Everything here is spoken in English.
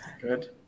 Good